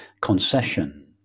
concession